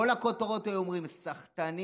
כל הכותרות היו אומרות: סחטנים,